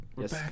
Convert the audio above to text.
Yes